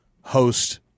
host